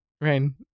Rain